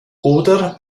oder